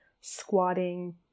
squatting